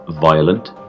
violent